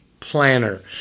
Planner